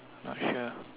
not sure